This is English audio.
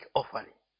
offering